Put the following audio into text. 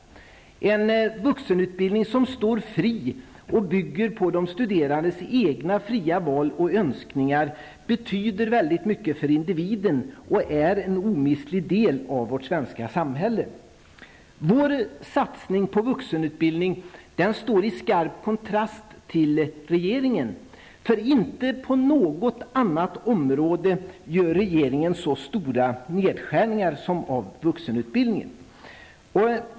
En vuxenutbildning som står fri och bygger på de studerandes egna fria val och önskningar betyder mycket för individen och är en omistlig del av vårt svenska samhälle. Vår satsning på vuxenutbildning står i skarp kontrast till regeringens förslag. Inte på något annat område gör regeringen så stora nedskärningar som på vuxenutbildningsområdet.